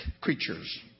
creatures